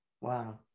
Wow